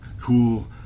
cool